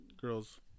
girls